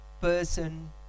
person